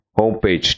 Homepage